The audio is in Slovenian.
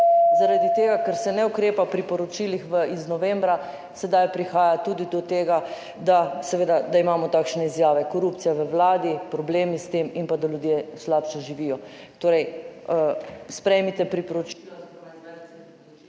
zaradi tega, ker se ne ukrepa pri poročilih iz novembra sedaj prihaja tudi do tega, da imamo takšne izjave korupcija v vladi, problemi s tem in pa, da ljudje slabše živijo. Torej sprejmite priporočilo…/izključen mikrofon/.